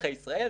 אזרחי ישראל,